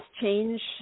change